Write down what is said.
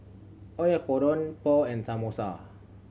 Oyakodon Pho and Samosa